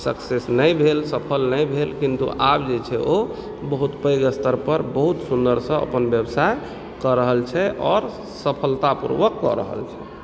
success नहि भेल सफल नहि भेल किन्तु आब जे छै ओ बहुत पैघ स्तर पर बहुत सुन्दरसँ अपन व्यवसाय कऽ रहल छै आओर सफलतापूर्वक कऽ रहल छै